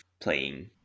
playing